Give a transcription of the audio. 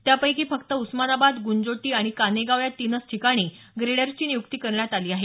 त्यापैकी फक्त उस्मानाबाद गुंजोटी आणि कानेगाव या तीनच ठिकाणी ग्रेडरची निय्क्ती करण्यात आली आहे